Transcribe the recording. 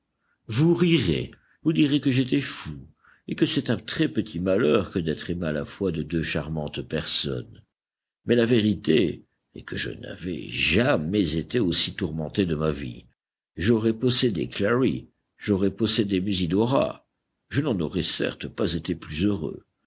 vous rirez vous direz que j'étais fou et que c'est un très-petit malheur que d'être aimé à la fois de deux charmantes personnes mais la vérité est que je n'avais jamais été aussi tourmenté de ma vie j'aurais possédé clary j'aurais possédé musidora je n'en aurais certes pas été plus heureux